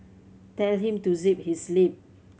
tell him to zip his lip